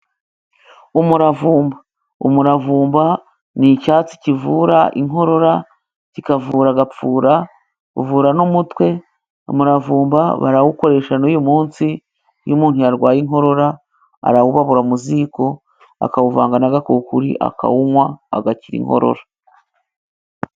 Umuravumba, umuravumba ni icyatsi kivura inkorora kikavura agapfura, uvura n'umutwe. Umuravumba barawukoresha n'uyu munsi iyo umuntu yarwaye inkorora arawubabura mu ziko, akawuvanga n'agakukuri akawunywa ,agakira inkorora.